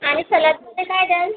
आणि सॅलदमध्ये काय द्याल